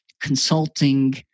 consulting